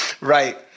Right